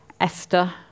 Esther